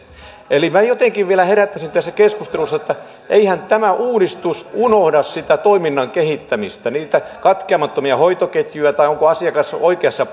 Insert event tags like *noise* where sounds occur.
eli minä jotenkin vielä herättäisin tässä keskustelua että eihän tämä uudistus unohda sitä toiminnan kehittämistä niitä katkeamattomia hoitoketjuja tai onko asiakas oikeassa *unintelligible*